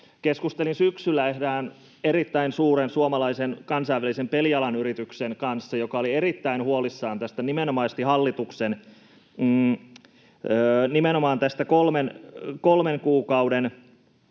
Keskustelin syksyllä erään erittäin suuren suomalaisen kansainvälisen pelialan yrityksen edustajan kanssa, joka oli erittäin huolissaan nimenomaan tästä, että kolmen kuukauden